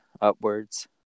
upwards